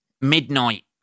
midnight